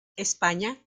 españa